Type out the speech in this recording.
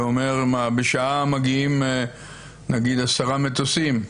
זה אומר שבשעה מגיעים בממוצע 10 מטוסים.